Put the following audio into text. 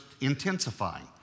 intensifying